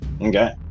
Okay